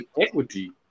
equity